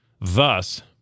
Thus